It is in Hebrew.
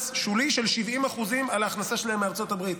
שולי של 70% על ההכנסה שלהם מארצות הברית.